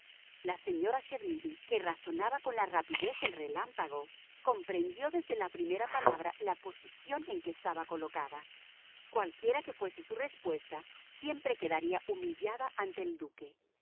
la señora chermidy que razonaba con la rapidez del relámpago comprendió desde la primera palabra la posición en que estaba colocada cualquiera que fuese su respuesta siempre quedaría humillada ante el duque